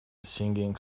singing